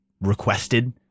requested